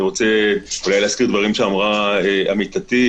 אני רוצה להזכיר דברים שאמרה עמיתתי,